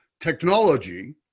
technology